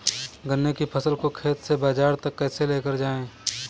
गन्ने की फसल को खेत से बाजार तक कैसे लेकर जाएँ?